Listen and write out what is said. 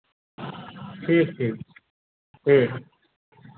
ठीक ठीक ठीक